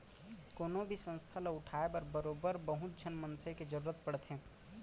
कोनो भी संस्था ल उठाय बर बरोबर बहुत झन मनसे के जरुरत पड़थे